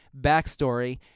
backstory